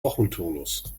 wochenturnus